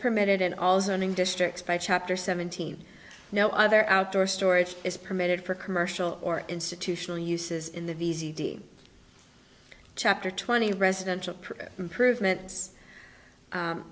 permitted in all zoning districts by chapter seventeen no other outdoor storage is permitted for commercial or institutional uses in the chapter twenty residential program improvement